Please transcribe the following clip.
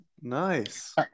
Nice